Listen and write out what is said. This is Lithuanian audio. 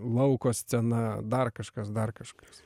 lauko scena dar kažkas dar kažkas